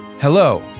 Hello